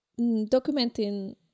documenting